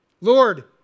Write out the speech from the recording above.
Lord